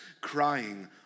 crying